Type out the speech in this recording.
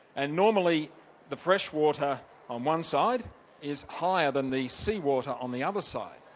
and normally the fresh water on one side is higher than the sea water on the other side,